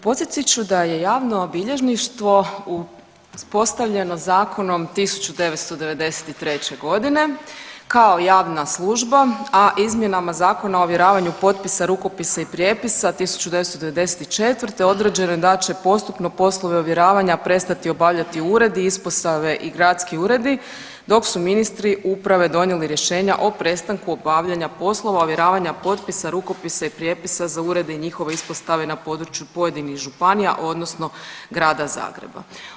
Podsjetit ću da je javno bilježništvo uspostavljeno zakonom 1993. godine kao javna služba, a izmjenama Zakona o ovjeravanju potpisa, rukopisa i prijepisa 1994. određeno je da će postupno poslove ovjeravanja prestati obavljati uredi, ispostave i gradski uredi dok su ministri uprave donijeli rješenja o prestanku obavljanja poslova ovjeravanja potpisa, rukopisa i prijepisa za urede i njihove ispostave na području pojedinih županija odnosno Grada Zagreba.